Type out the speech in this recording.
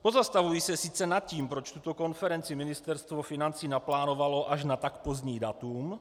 Pozastavuji se sice nad tím, proč konferenci Ministerstvo financí naplánovalo až na tak pozdní datum.